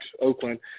Oakland